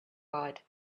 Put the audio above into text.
eyed